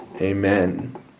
Amen